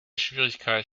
schwierigkeit